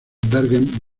bergen